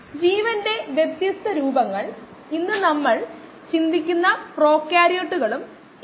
അതിനാൽ ഒരൊറ്റ കോശത്തിന്റെ സസ്പെൻഷനുകൾ ഉയർന്ന താപനിലയിലേക്ക് തുറന്നുകാണിക്കുമ്പോൾ നാം കാണുന്ന സ്വഭാവമാണിത്